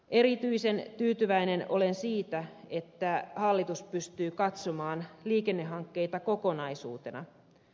erityisen tyytyväinen olen siitä että hallitus pystyy katsomaan liikennehankkeita kokonaisuutena